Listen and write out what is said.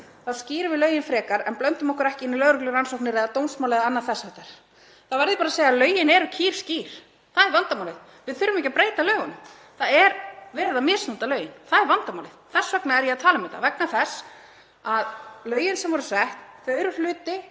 þá skýrum við lögin frekar. Við blöndum okkur ekki inn í lögreglurannsóknir eða dómsmál eða annað þess háttar.“ Þá verð ég bara að segja að lögin eru kýrskýr. Það er vandamálið. Við þurfum ekki að breyta lögunum. Það er verið að misnota lögin, það er vandamálið. Þess vegna er ég að tala um þetta, vegna þess að lögin sem voru sett, þau eru hluti